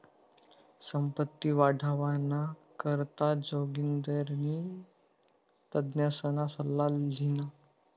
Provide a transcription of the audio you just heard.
संपत्ती वाढावाना करता जोगिंदरनी तज्ञसना सल्ला ल्हिना